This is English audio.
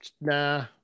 nah